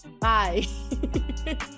bye